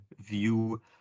view